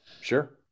Sure